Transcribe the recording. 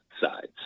sides